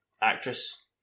actress